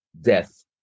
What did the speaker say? death